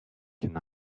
can